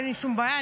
אין לי שום בעיה,